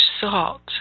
salt